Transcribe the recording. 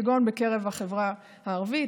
כגון בקרב החברה הערבית,